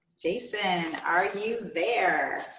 jason, are you there?